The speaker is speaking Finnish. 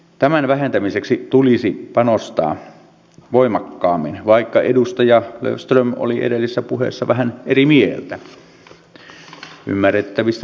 tämän vähentämiseksi tulisi panostaa voimakkaammin vaikka edustaja löfström oli edellisessä puheessa vähän eri mieltä ymmärrettävistä syistä